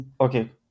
okay